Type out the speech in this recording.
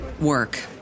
work